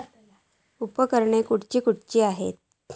उपकरणे खैयची खैयची आसत?